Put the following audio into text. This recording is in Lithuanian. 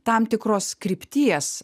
tam tikros krypties